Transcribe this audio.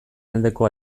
aldeko